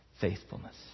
Faithfulness